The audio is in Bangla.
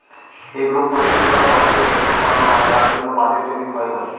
এগ্রো ফরেষ্ট্রী বা বনে যে শস্য ফলানো হয় তার জন্য মাঝের জমি ক্ষয় হয়